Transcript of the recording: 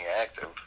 active